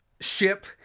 ship